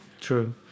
True